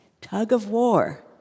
tug-of-war